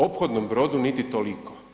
Ophodnom brodu niti toliko.